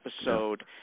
episode